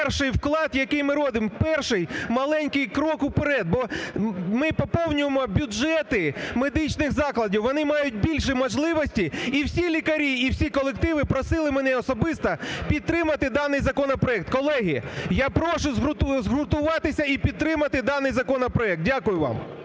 перший вклад, який ми робимо, перший маленький крок вперед, бо ми поповнюємо бюджети медичних закладів, вони мають більше можливостей. І всі лікарі, і всі колективи просили мене особисто підтримати даний законопроект. Колеги, я прошу згуртуватися і підтримати даний законопроект. Дякую вам.